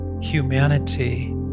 humanity